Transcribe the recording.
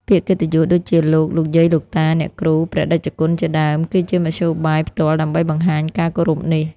ពាក្យកិត្តិយសដូចជា លោក លោកយាយ លោកតា អ្នកគ្រូ ព្រះតេជគុណ ជាដើម គឺជាមធ្យោបាយផ្ទាល់ដើម្បីបង្ហាញការគោរពនេះ។